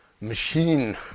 machine